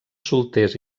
solters